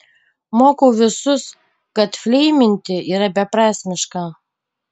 mokau visus kad fleiminti yra beprasmiška